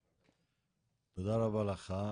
תודה רבה לך,